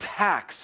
tax